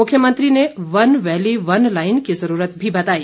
मुख्यमंत्री ने one valley one line की ज़रूरत भी बताई